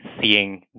Seeing